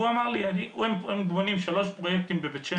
והוא אמר לי שהם בונים שלושה פרויקטים בבית שמש,